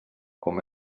com